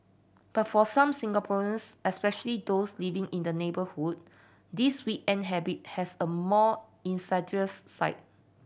but for some Singaporeans especially those living in the neighbourhood this weekend habit has a more insidious side